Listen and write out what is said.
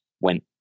went